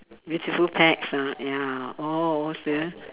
beautiful pets ah ya all always sweet